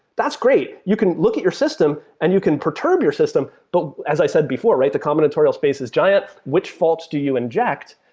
that's great. you can look at your system and you can perturb your system. but as i said before, the combinatorial space is giant, which faults do you inject?